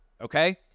okay